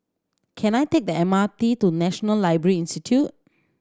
can I take the M R T to National Library Institute